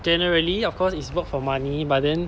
generally of course is work for money but then